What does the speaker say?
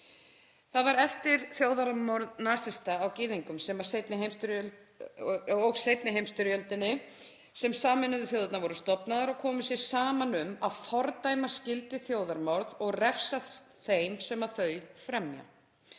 Það var eftir þjóðarmorð nasista á gyðingum í seinni heimsstyrjöldinni sem Sameinuðu þjóðirnar voru stofnaðar og komu sér saman um að fordæma skyldi þjóðarmorð og refsa þeim sem þau fremja.